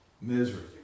misery